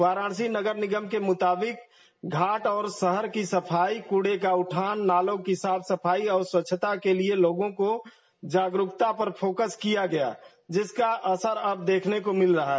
वाराणसी नगर निगम के मुताबिक घाट और शहर की सफाई कूड़े का उठान नालों की साफ सफाई और स्वच्छता के लिए लोगों की जागरूकता पर फोकस किया गया जिसका असर अब देखने को मिल रहा है